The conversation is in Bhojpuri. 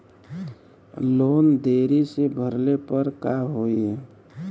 लोन देरी से भरले पर का होई?